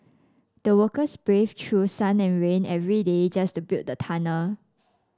the workers braved through sun and rain every day just to build the tunnel